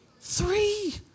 Three